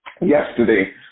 Yesterday